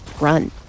run